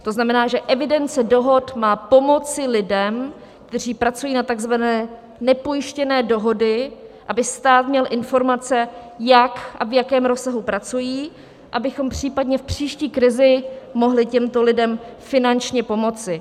To znamená, že evidence dohod má pomoci lidem, kteří pracují na takzvané nepojištěné dohody, aby stát měl informace, jak a v jakém rozsahu pracují, abychom případně v příští krizi mohli těmto lidem finančně pomoci.